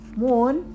moon